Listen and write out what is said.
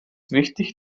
wichtig